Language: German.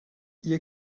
ihr